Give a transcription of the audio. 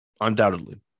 Undoubtedly